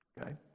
okay